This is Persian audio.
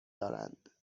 دارند